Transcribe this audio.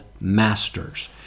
masters